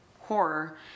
horror